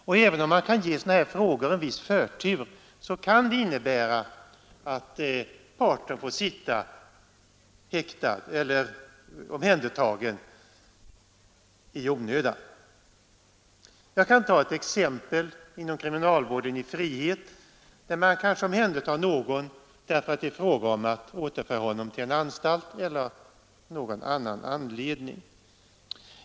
Och även om man kan ge sådana här frågor en viss förtur kan det ändå innebära att parten får sitta omhändertagen i onödan. Jag kan ta ett exempel från kriminalvården i frihet. Där får man ibland omhänderta någon för att återföra honom till en anstalt eller av annan anledning.